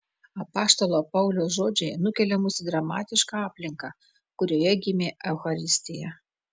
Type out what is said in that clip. apaštalo pauliaus žodžiai nukelia mus į dramatišką aplinką kurioje gimė eucharistija